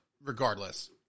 regardless